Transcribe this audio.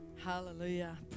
Hallelujah